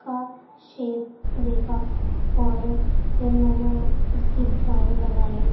کا شیپ دیکھا اور پھر میں نے اس کی ڈرائنگ بنائی